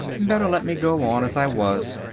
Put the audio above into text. better let me go on as i was.